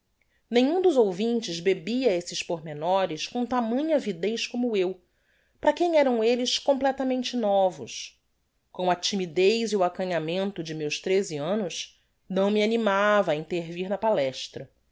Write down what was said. nenhum dos ouvintes bebia esses pormenores com tamanha avidez como eu para quem eram elles completamente novos com a timidez e o acanhamento de meus treze annos não me animava á intervir na palestra